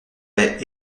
lait